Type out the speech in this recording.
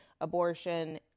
abortion